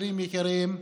חברים יקרים,